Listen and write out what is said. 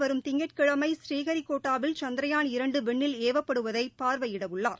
வரும் திங்கட்கிழம்பநீஹரிகோட்டாவில் சந்திரயான் இரண்டுவிண்ணில் ஏவப்படுவதைபார்வையிடஉள்ளார்